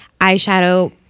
eyeshadow